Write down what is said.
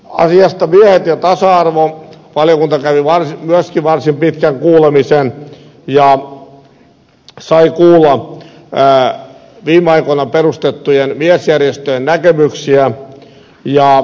asiakohdasta miehet ja tasa arvo valiokunta kävi myöskin varsin pitkän kuulemisen ja sai kuulla viime aikoina perustettujen miesjärjestöjen näkemyksiä